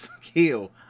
kill